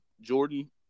Jordan